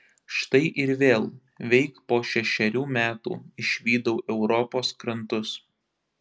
štai ir vėl veik po šešerių metų išvydau europos krantus